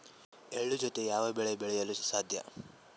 ಎಳ್ಳು ಜೂತೆ ಯಾವ ಬೆಳೆ ಬೆಳೆಯಲು ಸಾಧ್ಯ?